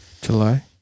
July